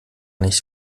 nicht